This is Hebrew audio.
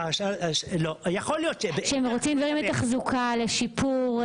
יכול להיות ש --- שהם רוצים לתחזוקה, לשיפור,